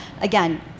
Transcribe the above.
Again